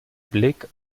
blick